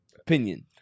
Opinion